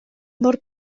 mor